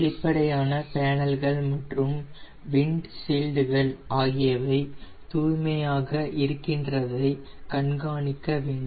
வெளிப்படையான பேனல்கள் மற்றும் விண்ட்ஷீல்டுகள் தூய்மையாக இருக்கின்றதை கண்காணிக்க வேண்டும்